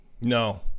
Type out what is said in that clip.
No